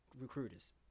recruiters